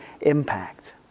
impact